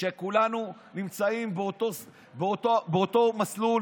שכולנו נמצאים באותו מסלול,